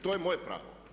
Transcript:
To je moje pravo.